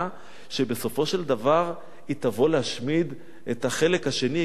שבסופו של דבר היא תבוא להשמיד את החלק השני,